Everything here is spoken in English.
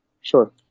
Sure